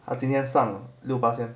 它今天上六巴仙